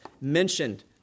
mentioned